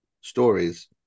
stories